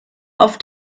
auf